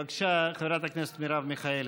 בבקשה, חברת הכנסת מרב מיכאלי.